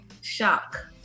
shock